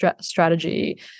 strategy